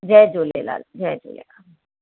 जय झूलेलाल जय झूलेलाल